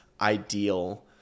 ideal